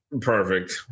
Perfect